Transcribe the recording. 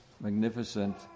magnificent